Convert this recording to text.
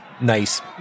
nice